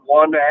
one